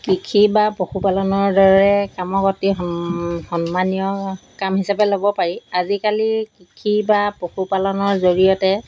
কৃষি বা পশুপালনৰ দৰে কামৰ প্ৰতি সন সন্মানীয় কাম হিচাপে ল'ব পাৰি আজিকালি কৃষি বা পশুপালনৰ জৰিয়তে